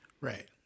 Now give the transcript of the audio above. Right